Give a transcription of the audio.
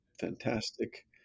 fantastic